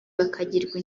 bakagirwa